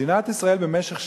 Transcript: מדינת ישראל במשך שנים,